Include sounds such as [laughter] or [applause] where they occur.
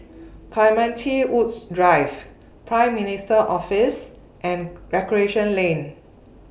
[noise] Clementi Woods Drive Prime Minister's Office and Recreation Lane